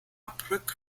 brück